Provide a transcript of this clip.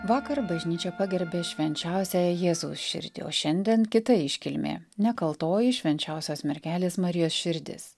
vakar bažnyčia pagerbė švenčiausiąją jėzaus širdį o šiandien kita iškilmė nekaltoji švenčiausios mergelės marijos širdis